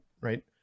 right